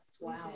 Wow